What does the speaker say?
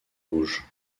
rouge